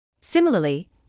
Similarly